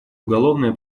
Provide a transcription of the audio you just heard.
уголовное